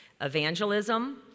Evangelism